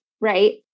right